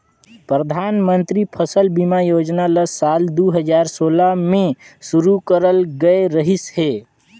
परधानमंतरी फसल बीमा योजना ल साल दू हजार सोला में शुरू करल गये रहीस हे